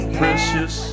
precious